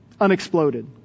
unexploded